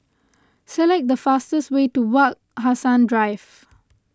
select the fastest way to Wak Hassan Drive